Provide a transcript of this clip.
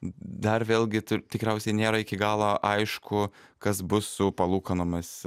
dar vėlgi ta tikriausiai nėra iki galo aišku kas bus su palūkanomis